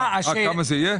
כמה זה יעלה?